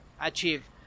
achieve